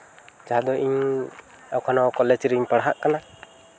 ᱡᱟᱦᱟᱸ ᱫᱚ ᱤᱧ ᱮᱠᱷᱚᱱᱳ ᱠᱚᱞᱮᱡᱽ ᱨᱤᱧ ᱯᱟᱲᱦᱟᱜ ᱠᱟᱱᱟ